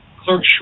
Clerk